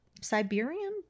Siberian